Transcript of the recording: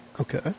Okay